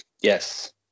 Yes